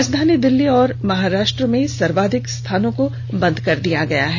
राजधानी दिल्ली और महाराष्ट्र मे ंसार्वजनिक स्थानों को बंद कर दिया गया है